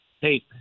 Hey